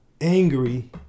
angry